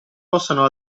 possano